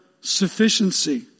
sufficiency